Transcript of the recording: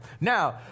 Now